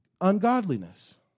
ungodliness